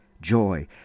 joy